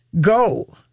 go